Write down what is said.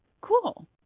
cool